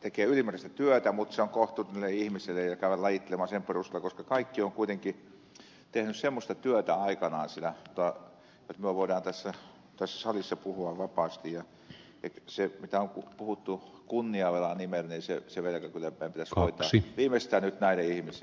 tekee ylimääräistä työtä ja se on kohtuuton niille ihmisille joita käydään lajittelemaan sen perusteella koska kaikki ovat kuitenkin tehneet semmoista työtä aikanaan jotta me voimme tässä salissa puhua vapaasti ja se mistä on puhuttu kunniavelan nimellä niin se velka kyllä meidän pitäisi hoitaa viimeistään nyt näille ihmisille